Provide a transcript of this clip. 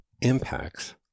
impacts